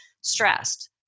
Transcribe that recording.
stressed